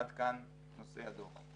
עד כאן נושאי הדוח.